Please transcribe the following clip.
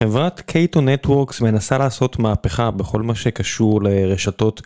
חברת קייטו נטרוקס מנסה לעשות מהפכה בכל מה שקשור לרשתות.